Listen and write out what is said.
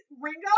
Ringo